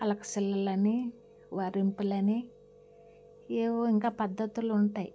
అలక శిలలని వారింపులని ఏవో ఇంకా పద్ధతులు ఉంటాయి